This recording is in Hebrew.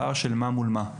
הפער הוא של מה מול מה.